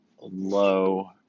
low